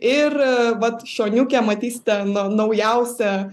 ir vat šoniuke matysite na naujausią